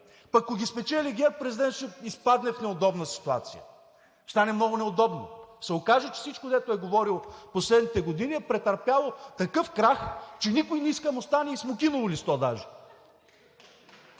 Пък ако ги спечели ГЕРБ, президентът ще изпадне в неудобна ситуация, ще стане много неудобно. Ще се окаже, че всичко, дето е говорил в последните години, е претърпяло такъв крах, че никой не иска да му стане и смокиново листо даже!